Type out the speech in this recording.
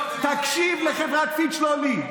תקשיב לחברת פיץ', שלומי.